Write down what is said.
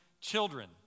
children